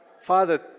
Father